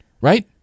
right